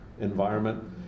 environment